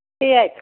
tea ಆಯಿತು